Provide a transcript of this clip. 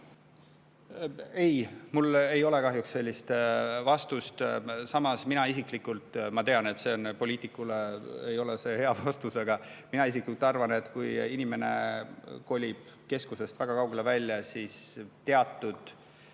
Ei, mul ei ole kahjuks sellist vastust. Samas, mina isiklikult arvan – ma tean, et see poliitikule ei ole hea vastus, aga ikkagi –, et kui inimene kolib keskusest väga kaugele välja, siis on